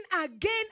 again